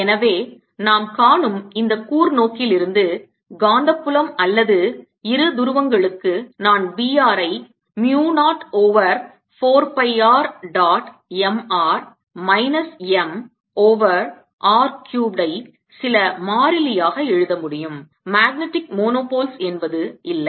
எனவே நாம் காணும் இந்த கூர்நோக்கிலிருந்து காந்தப் புலம் அல்லது இருதுருவங்களுக்கு நான் B r ஐ mu 0 over 4 pi r dot m r minus m over r cubed ஐ சில மாறிலியாக எழுத முடியும் magnetic monopoles என்பது இல்லை